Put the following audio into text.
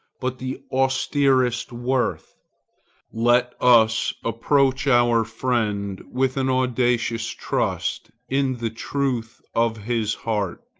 but the austerest worth let us approach our friend with an audacious trust in the truth of his heart,